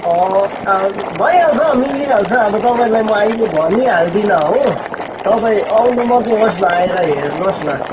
भइहाल्छ मिलिहाल्छ अब तपाईँलाई म अहिले भनिहाल्दिनँ हो तपाईँ आउनु मात्र होस् न आएर हेर्नु होस् न